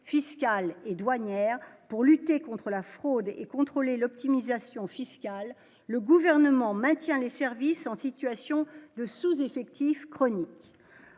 fiscale et douanière pour lutter contre la fraude et contrôler l'optimisation fiscale, le gouvernement maintient les services en situation de sous-effectif chronique,